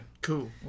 Cool